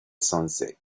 sunset